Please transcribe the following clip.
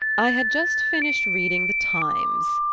i had just finished reading the times,